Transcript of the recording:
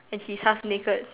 is he half naked